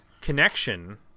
connection